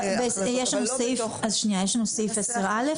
אבל לא בתוך --- אז יש לנו סעיף 10א,